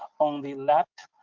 on the left,